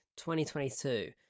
2022